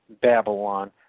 Babylon